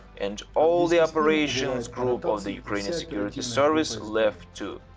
and all the operations group of the ukrainian security service left too.